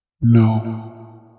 No